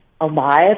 alive